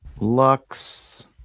Lux